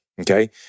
Okay